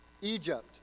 egypt